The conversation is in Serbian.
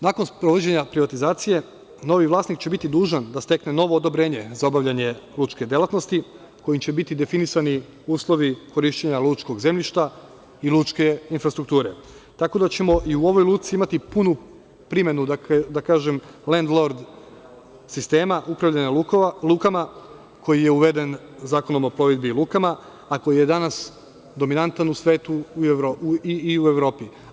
Nakon sprovođenja privatizacije novi vlasnik će biti dužan da stekne novo odobrenje za obavljanje lučke delatnosti kojim će biti definisani uslovi korišćenja lučkog zemljišta i lučke infrastrukture, tako da ćemo i u ovoj luci imati punu primenu, da kažem lend lord sistema upravljanja lukama koji je uveden Zakonom o plovidbi i lukama, a koji je danas dominantan u svetu i u Evropi.